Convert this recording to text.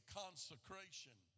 consecration